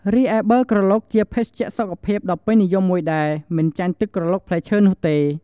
រីឯប័រក្រឡុកជាភេសជ្ជៈសុខភាពដ៏ពេញនិយមមួយដែរ មិនចាញ់ទឹកក្រឡុកផ្លែឈើនោះទេ។